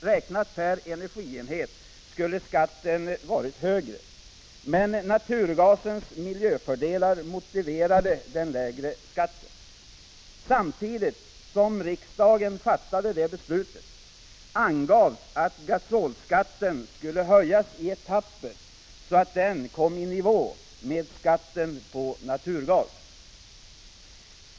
Räknat per energienhet skulle skatten ha varit högre, men naturgasens miljöfördelar motiverade den lägre skatten. Samtidigt som riksdagen fattade det beslutet angavs att gasolskatten skulle höjas i etapper, så att den kom i nivå med skatten på naturgas.